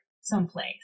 someplace